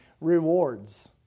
rewards